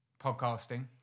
podcasting